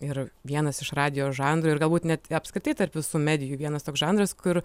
ir vienas iš radijo žanrų ir galbūt net apskritai tarp visų medijų vienas toks žanras kur